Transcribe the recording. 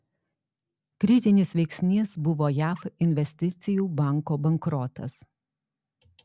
kritinis veiksnys buvo jav investicijų banko bankrotas